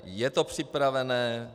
Je to připravené.